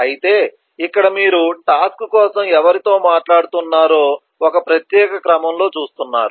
అయితే ఇక్కడ మీరు టాస్క్ కోసం ఎవరితో మాట్లాడుతున్నారో ఒక ప్రత్యేక క్రమంలో చూస్తున్నారు